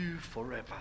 forever